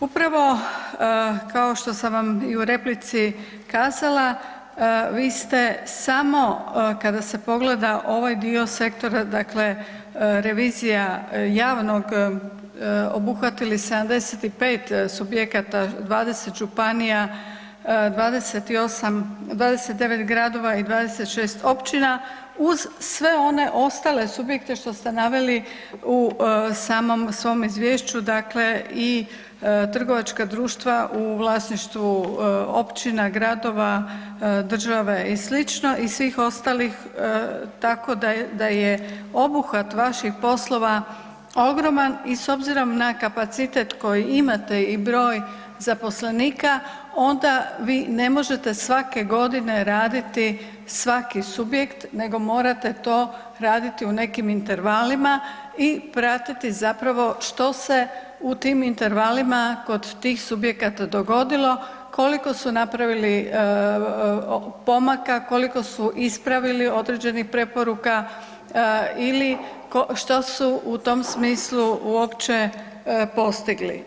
Upravo kao što sam vam i u replici kazala, vi ste samo kada se pogleda ovaj dio sektora, dakle revizija javnog obuhvatili 75 subjekata, 20 županija, 28, 29 gradova i 26 općina uz sve one ostale subjekte što ste naveli u samom svom izvješću, dakle i trgovačka društva u vlasništvu općina, gradova, države i slično i svih ostalih, tako da je, da je obuhvat vaših poslova ogroman i s obzirom na kapacitet koji imate i broj zaposlenika onda vi ne možete svake godine raditi svaki subjekt nego morate to raditi u nekim intervalima i pratiti zapravo što se u tim intervalima kod tih subjekata dogodilo, koliko su napravili pomaka, koliko su ispravili određenih preporuka ili što su u tom smislu uopće postigli.